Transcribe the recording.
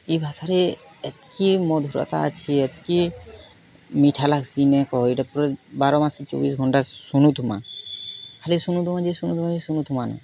ଏଇ ଭାଷାରେ ଏତ୍ କି ମଧୁରତା ଅଛି ଏତ୍ କି ମିଠା ଲାଗ୍ସି ନେଇ କହ୍ ଏଇଟା ପୁରା ବାରମାସି ଚବିଶି ଘଣ୍ଟା ଶୁଣୁ ଥୁବାଁ ଖାଲି ଶୁଣୁ ଥୁବଁ ଯେ ଶୁଣୁ ଥୁବଁ ହେ ଶୁଣୁ ଥୁମାନ୍